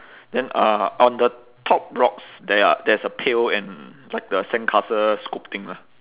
then uh on the top rocks there are there's a pail and like the sandcastle scoop thing lah